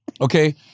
okay